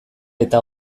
eta